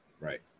Right